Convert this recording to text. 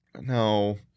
No